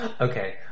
Okay